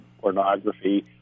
pornography